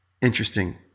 interesting